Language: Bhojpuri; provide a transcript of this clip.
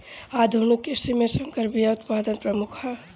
आधुनिक कृषि में संकर बीज उत्पादन प्रमुख ह